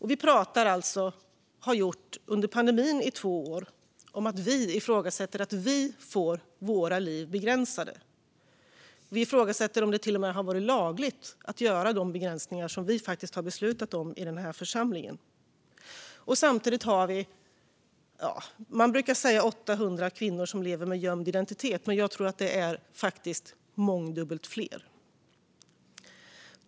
Vi har under pandemin, i två år, pratat om att vi ifrågasätter att vi får våra liv begränsade. Vi ifrågasätter om det till och med har varit lagligt att göra de begränsningar som vi har fattat beslutat om i den här församlingen. Samtidigt finns 800 kvinnor som lever med skyddad identitet, men jag tror att det är mångdubbelt fler.